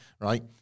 Right